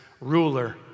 ruler